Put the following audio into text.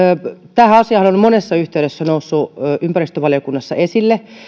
tämä asiahan on monessa yhteydessä noussut ympäristövaliokunnassa esille